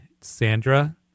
Sandra